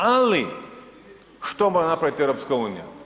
Ali što mora napraviti EU?